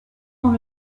dans